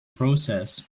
process